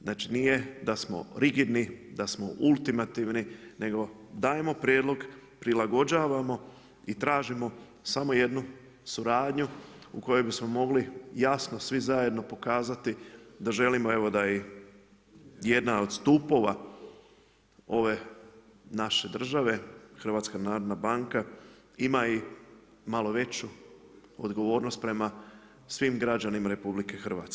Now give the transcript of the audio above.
Znači nije da smo rigidni, da smo ultimativni nego dajemo prijedlog, prilagođavamo i tražimo samo jednu suradnju u kojoj bismo mogli jasno svi zajedno pokazati da želimo evo da i jedna od stupova ove naše države HNB ima i malo veću odgovornost prema svim građanima RH.